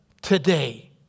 Today